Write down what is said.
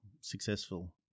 successful